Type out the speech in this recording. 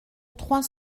trois